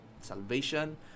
salvation